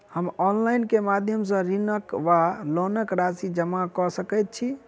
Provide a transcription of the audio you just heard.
हम ऑनलाइन केँ माध्यम सँ ऋणक वा लोनक राशि जमा कऽ सकैत छी?